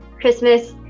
Christmas